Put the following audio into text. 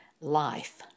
life